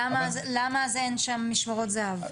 למה אין שם משמרות זה"ב,